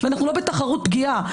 ואנחנו לא בתחרות פגיעה.